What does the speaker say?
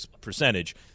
percentage